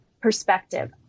Perspective